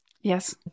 Yes